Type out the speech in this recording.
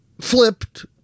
flipped